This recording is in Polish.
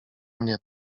mnie